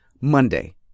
Monday